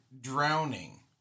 drowning